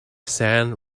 sand